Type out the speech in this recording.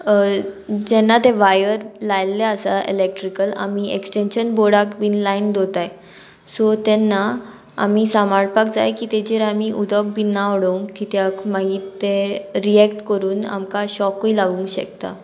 जेन्ना ते वायर लायल्ले आसा इलेक्ट्रिकल आमी एक्सटेंशन बोर्डाक बीन लायन दोताय सो तेन्ना आमी सांबाळपाक जाय की तेजेर आमी उदक बीन ना उडोवंक कित्याक मागीर ते रियेक्ट करून आमकां शॉकूय लागूंक शकता